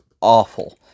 awful